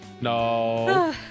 No